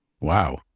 Wow